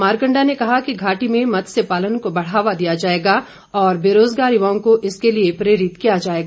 मारकंडा ने कहा कि घाटी में मत्सय पालन को बढ़ावा दिया जाएगा और बेरोजगार युवाओं को इसके लिए प्रेरित किया जाएगा